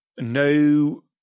No